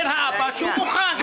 אומר האבא כאן שהוא מוכן.